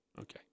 Okay